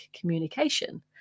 communication